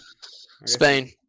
Spain